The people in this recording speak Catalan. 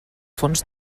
fons